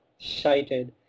Shited